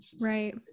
Right